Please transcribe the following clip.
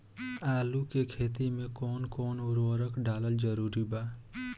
आलू के खेती मे कौन कौन उर्वरक डालल जरूरी बा?